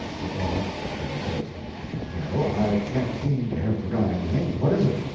he thought. then he says no, i can't seem to have forgot anything. what is it?